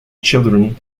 children